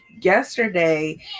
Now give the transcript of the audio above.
yesterday